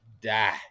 die